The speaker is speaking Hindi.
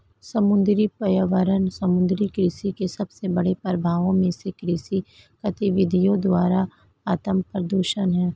समुद्री पर्यावरण समुद्री कृषि के सबसे बड़े प्रभावों में से कृषि गतिविधियों द्वारा आत्मप्रदूषण है